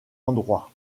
endroit